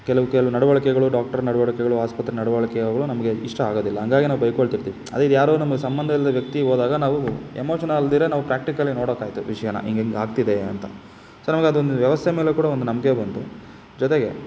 ಕೆಲವು ಕೆಲವು ನಡವಳ್ಕೆಗಳು ಡಾಕ್ಟ್ರ್ ನಡವಳ್ಕೆಗಳು ಆಸ್ಪತ್ರೆ ನಡವಳ್ಕೆಗಳು ನಮಗೆ ಇಷ್ಟ ಆಗೋದಿಲ್ಲ ಹಂಗಾಗೆ ನಾವು ಬೈಕೊಳ್ತಿರ್ತೀವಿ ಆದರೆ ಇದು ಯಾರೋ ನಮಗೆ ಸಂಬಂಧ ಇಲ್ಲದ ವ್ಯಕ್ತಿ ಹೋದಾಗ ನಾವು ಎಮೋಷನಲ್ ಅಲ್ಲದಿರೇ ನಾವು ಪ್ರ್ಯಾಕ್ಟಿಕಲಿ ನೋಡೋಕಾಯಿತು ವಿಷಯನ ಹಿಂಗಿಂಗ್ ಆಗ್ತಿದೆ ಅಂತ ಸೊ ನಮಗೆ ಅದೊಂದು ವ್ಯವಸ್ಥೆ ಮೇಲೆ ಕೂಡ ಒಂದು ನಂಬಿಕೆ ಬಂತು ಜೊತೆಗೆ